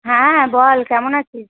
হ্যাঁ বল কেমন আছিস